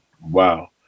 Wow